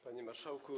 Panie Marszałku!